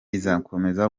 izakomeza